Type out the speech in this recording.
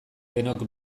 denok